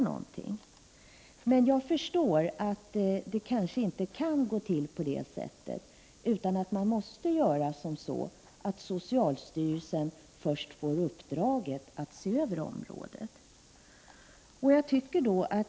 Jag förstår emellertid att det kanske inte kan gå till så här, utan att man måste gå till väga på det sättet att socialstyrelsen först får uppdraget att se över området.